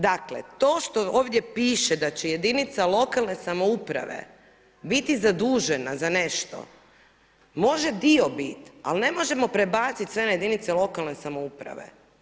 Dakle, to što ovdje piše da će jedinica lokalne samouprave biti zadužena za nešto može dio bit, ali ne možemo prebaciti sve na jedinice lokalne samouprave.